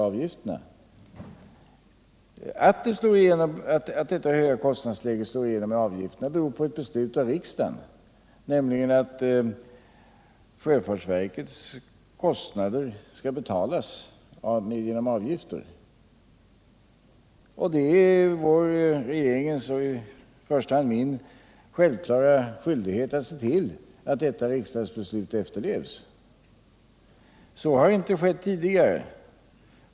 Att detta höga kostnadsläge slår igenom på avgifterna beror på ett beslut av riksdagen, nämligen att sjöfartsverkets kostnader skall betalas genom avgifter. Det är regeringens — och i första hand min — självklara skyldighet att se till att detta riksdagsbeslut efterlevs. Så har inte skett tidigare.